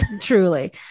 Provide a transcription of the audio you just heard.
truly